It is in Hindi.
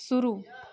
शुरू